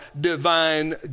divine